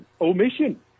omission